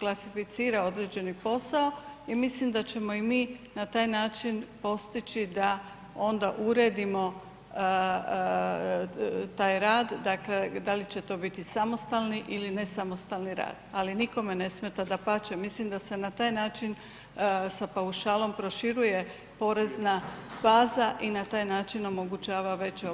klasificira određeni posao i mislim da ćemo i mi na taj način postići da onda uredimo taj rad, dakle da li će to biti samostalno ili nesamostalni rad ali nikome ne smeta, dapače, mislim da se na taj način sa paušalom proširuje porezna faza i na taj način omogućava veće [[Upadica Radin: Vrijeme.]] poreza.